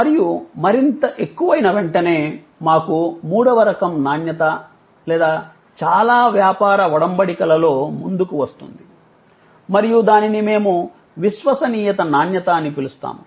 మరియు మరింత ఎక్కువైన వెంటనే మాకు మూడవ రకం నాణ్యత చాలా వ్యాపార వొడంబడికలలో ముందుకు వస్తుంది మరియు దానిని మేము విశ్వసనీయత నాణ్యత అని పిలుస్తాము